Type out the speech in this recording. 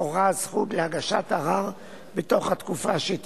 למחוק את ההוראה בהצעת החוק הממשלתית שלפיה ניתן למנות התקופה החל